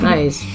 Nice